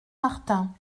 martin